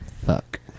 fuck